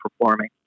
performing